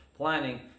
planning